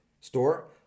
store